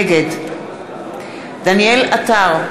נגד דניאל עטר,